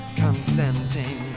consenting